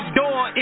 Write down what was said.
door